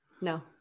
No